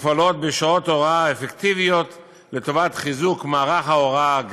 מופעלות בשעות הוראה אפקטיביות לטובת חיזוק מערך ההוראה הגמיש.